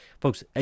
Folks